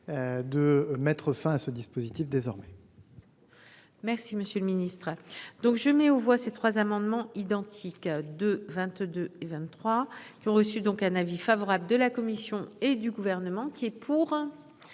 De mettre fin à ce dispositif désormais. Merci Monsieur le Ministre donc je mets aux voix ces trois amendements identiques à de 22 et 23 qui ont reçu donc un avis favorable de la commission et du gouvernement qui est pour.